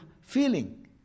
feeling